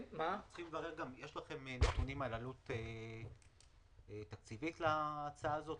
יש לכם נתונים על עלות תקציבית להצעה הזאת?